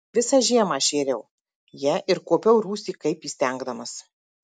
visą žiemą šėriau ją ir kuopiau rūsį kaip įstengdamas